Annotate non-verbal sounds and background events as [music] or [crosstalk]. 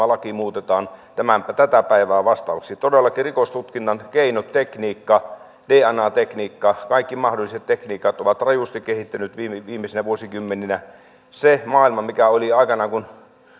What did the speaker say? [unintelligible] laki muutetaan tätä päivää vastaavaksi todellakin rikostutkinnan keinotekniikka dna tekniikka kaikki mahdolliset tekniikat on rajusti kehittynyt viimeisinä vuosikymmeninä se maailma mikä oli aikanaan kun